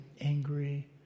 angry